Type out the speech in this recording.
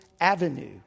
avenue